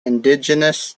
indigenous